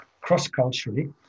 cross-culturally